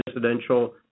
presidential